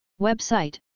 Website